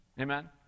amen